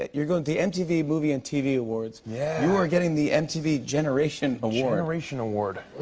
you're going to the mtv movie and tv awards. yeah. you are getting the mtv generation award. generation award.